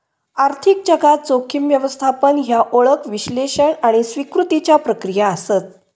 आर्थिक जगात, जोखीम व्यवस्थापन ह्या ओळख, विश्लेषण आणि स्वीकृतीच्या प्रक्रिया आसत